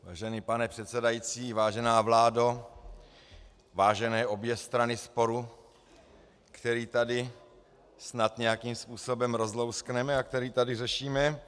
Vážený pane předsedající, vážená vládo, vážené obě strany sporu, který tady snad nějakým způsobem rozlouskneme a který tady řešíme.